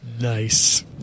Nice